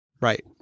Right